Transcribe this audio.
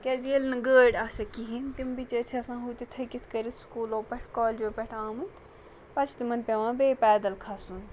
کیٛازِ ییٚلہِ نہٕ گٲڑۍ آسیٚکھ کِہیٖنۍ تِم بِچٲرۍ چھِ آسان ہُہ تہِ تھٔکِتھ کٔرِتھ سکوٗلو پٮ۪ٹھ کالجو پٮ۪ٹھ آمٕتۍ پَتہٕ چھِ تِمَن پیٚوان بیٚیہِ پایدَل کھَسُن